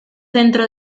dentro